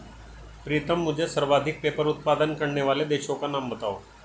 प्रीतम मुझे सर्वाधिक पेपर उत्पादन करने वाले देशों का नाम बताओ?